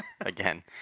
again